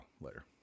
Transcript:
later